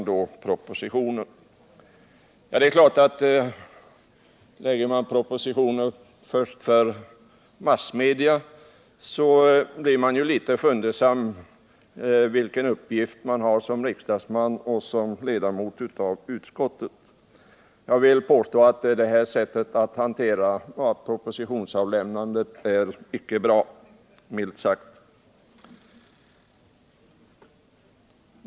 Om propositionerna först läggs fram för massmedia börjar man undra över vilken uppgift man har som riksdagsman och ledamot av utskottet. Detta sätt att hantera propositionsavlämnandet är inte bra, milt sagt.